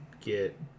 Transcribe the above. get